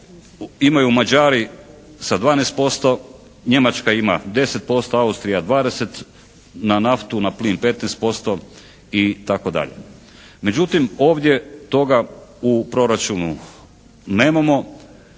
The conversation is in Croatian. imaju Mađari sa 12%, Njemačka ima 10%, Austrija 20 na naftu, na plin 15% itd. Međutim, ovdje toga u proračunu nemamo